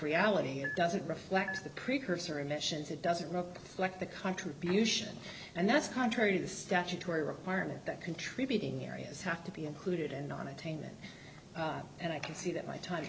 reality it doesn't reflect the precursor emissions it doesn't look like the contribution and that's contrary to the statutory requirement that contributing areas have to be included in non attainment and i can see that my time